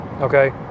okay